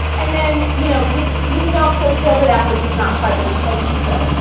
and then you know you you could also build it out but just not quite as as detailed,